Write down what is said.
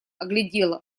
оглядела